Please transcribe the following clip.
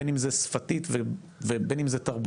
בין אם זה שפתית ובין אם זה תרבותית,